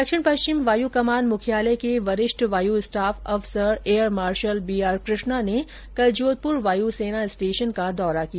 दक्षिण पश्चिम वायू कमान मुख्यालय के वरिष्ठ वायू स्टाफ अफसर एयर मार्शल बीआर कृष्णा ने कल जोधपुर वायुसेना स्टेशन का दौरा किया